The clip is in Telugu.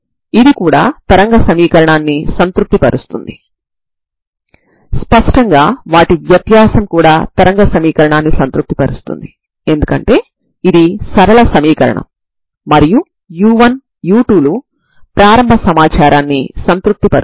ఇది తరంగ సమీకరణాన్ని మరియు సరిహద్దు నియమాలను సంతృప్తి పరుస్తుంది మరియు An Bn లు ప్రారంభ సమాచారం వల్ల లెక్కించబడతాయి